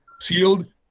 sealed